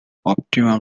optimum